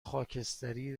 خاکستری